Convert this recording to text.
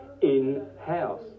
in-house